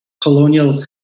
colonial